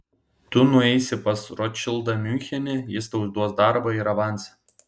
tu nueisi pas rotšildą miunchene jis tau duos darbo ir avansą